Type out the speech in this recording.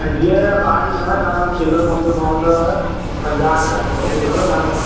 पंजीह जा पाउ ॾींदो आहियां तव्हांखे किलो समुझो पवंदव पंजाहु रुपिया हिकु किलो तव्हां